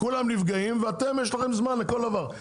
כולם נפגעים ואתם יש לכם זמן לכל דבר,